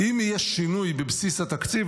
ואם יהיה שינוי בבסיס התקציב,